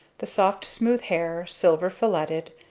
the soft smooth hair, silver-filletted,